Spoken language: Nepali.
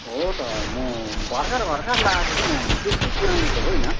हो त म भर्खर भर्खर लागेको हौ नानी त्यति पुरानो त होइन